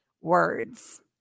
words